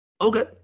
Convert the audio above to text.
Okay